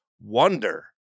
wonder